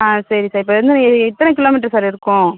ஆ சரி சார் இப்போ வந்து எத்தன கிலோ மீட்ரு சார் இருக்கும்